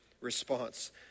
response